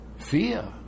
fear